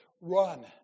run